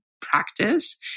practice